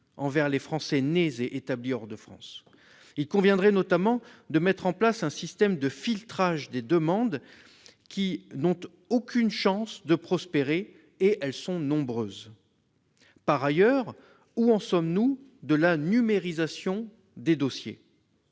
pour les Français nés et établis hors de France. Il conviendrait notamment de mettre en place un système de filtrage des demandes qui n'ont aucune chance de prospérer, car elles sont nombreuses ! Par ailleurs, où en sommes-nous de la numérisation des dossiers ?